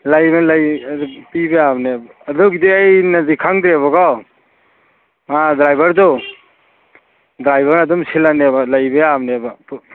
ꯂꯩꯕꯅꯤ ꯂꯩ ꯑꯗꯨꯝ ꯄꯤꯕ ꯌꯥꯕꯅꯦ ꯑꯗꯨꯒꯤꯗꯤ ꯑꯩꯅꯗꯤ ꯈꯪꯗꯦꯕꯀꯣ ꯑꯥ ꯗ꯭ꯔꯥꯏꯕꯔꯗꯣ ꯗ꯭ꯔꯥꯏꯕꯔ ꯑꯗꯨꯝ ꯁꯤꯜꯂꯅꯦꯕ ꯂꯩꯕ ꯌꯥꯕꯅꯦꯕ